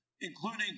including